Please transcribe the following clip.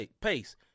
pace